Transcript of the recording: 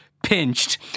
Pinched